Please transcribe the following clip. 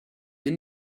mir